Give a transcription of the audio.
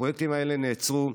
הפרויקטים האלה נעצרו,